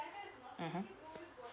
mmhmm